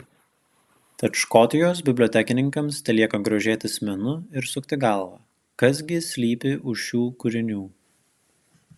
tad škotijos bibliotekininkams telieka grožėtis menu ir sukti galvą kas gi slypi už šių kūrinių